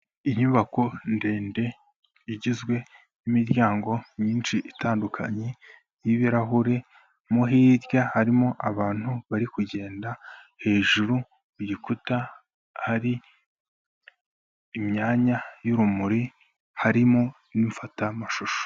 Inyubako ndende igizwe n'imiryango myinshi itandukanye y'ibirahuri, mo hirya harimo abantu bari kugenda, hejuru ku gikuta hari imyanya y'urumuri, harimo n'imfatamashusho.